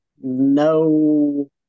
no